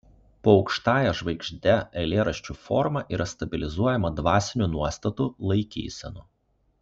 po aukštąja žvaigžde eilėraščių forma yra stabilizuojama dvasinių nuostatų laikysenų